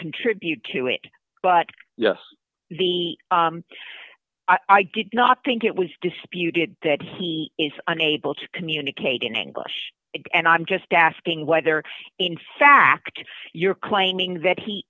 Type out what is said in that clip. contribute to it but yes the i did not think it was disputed that he is unable to communicate in english and i'm just asking whether in fact you're claiming that he